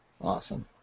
Awesome